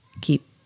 keep